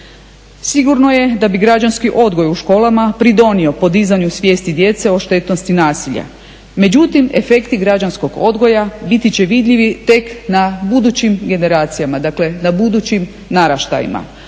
Sigurno je da bi građanski odgoj u školama pridonio podizanju svijesti djece o štetnosti nasilja, međutim efekti građanskog odgoja biti će vidljivi tek na budućim generacijama dakle na budućim naraštajima.